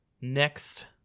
Next